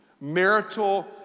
marital